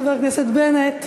אדוני, חבר הכנסת בנט.